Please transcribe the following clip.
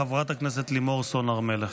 חברת הכנסת לימור סון הר מלך.